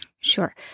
Sure